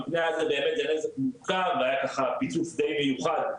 היה ככה פיצוץ די מיוחד,